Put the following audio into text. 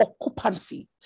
occupancy